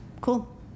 Cool